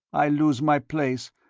i lose my place,